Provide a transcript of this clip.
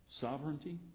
sovereignty